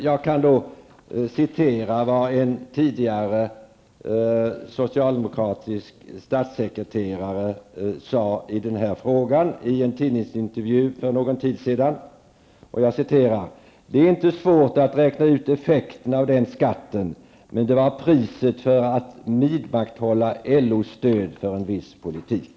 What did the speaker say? Jag kan då citera vad en tidigare socialdemokratisk statssekretare sade i denna fråga i en tidningsintervju för någon tid sedan: ''Det är inte svårt att räkna ut effekterna av den skatten, men det var priset för att vidmakthålla LOs stöd för en viss politik.''